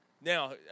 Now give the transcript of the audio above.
Now